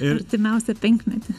per artimiausią penkmetį